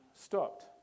stopped